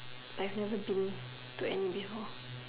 but I've never been to any before